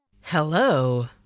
Hello